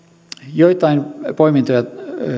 joitain poimintoja